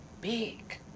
big